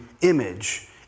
image